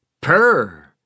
purr